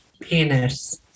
Penis